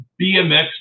BMX